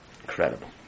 incredible